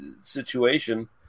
situation